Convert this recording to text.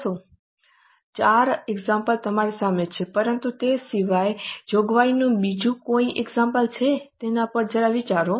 ચાર ઉદાહરણો તમારી સામે છે પરંતુ તે સિવાય જોગવાઈનું બીજું કોઈ ઉદાહરણ છે તેના પર જરા વિચારો